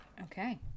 Okay